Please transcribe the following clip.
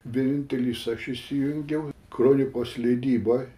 vienintelis aš įsijungiau kronikos leidyboj